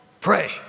pray